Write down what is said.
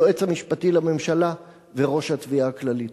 היועץ המשפטי לממשלה וראש התביעה הכללית.